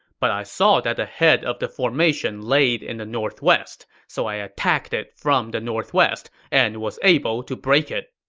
but i saw that the head of the formation laid in the northwest, so i attacked it from the northwest and was able to break it.